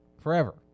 forever